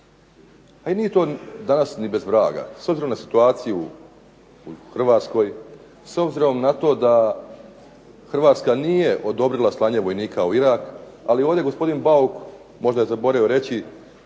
A i nije to danas ni bez vraga. S obzirom na situaciju u Hrvatskoj, s obzirom na to da Hrvatska nije odobrila slanje vojnika u Irak, ali je ovdje gospodin Bauk možda je zaboravio reći